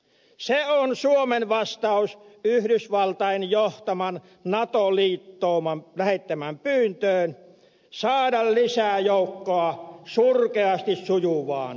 se on suomen vastaus yhdysvaltain johtaman nato liittouman lähettämään pyyntöön saada lisää joukkoja surkeasti sujuvaan sotaansa